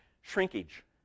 Shrinkage